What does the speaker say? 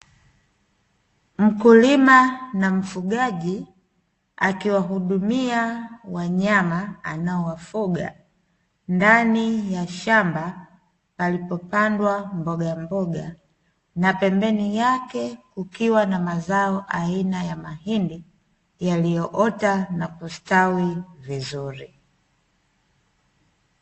Mkulima na mfugaji akiwahudumia wanyama anaowafuga ndani ya shamba, palipo pandwa mboga mboga na pembeni yake kukiwa na mazao aina ya mahindi yalioota na kustawi vizuri.